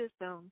system